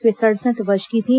वे सडसठ वर्ष की थीं